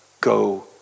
Go